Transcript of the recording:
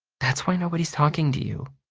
that's why nobody's talking to you.